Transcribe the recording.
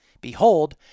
Behold